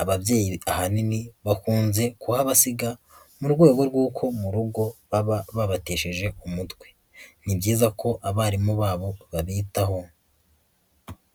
ababyeyi ahanini bakunze kuhabasiga mu rwego rw'uko mu rugo baba babatesheje umutwe, ni byiza ko abarimu babo babitaho.